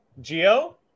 Geo